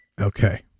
Okay